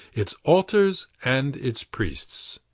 its altars and its priests.